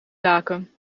laken